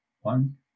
one